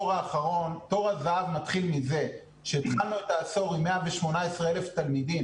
תור הזהב מתחיל מזה שהתחלנו את העשור עם 118,000 תלמידים.